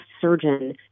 surgeon